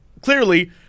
clearly